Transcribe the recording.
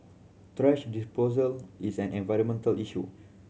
thrash disposal is an environmental issue